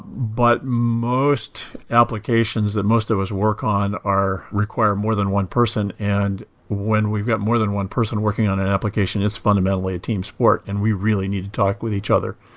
but most applications that most of us work on are require more than one person and when we've got more than one person working on an application, it's fundamentally a team sport, and we really need to talk with each other.